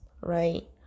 right